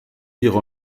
dire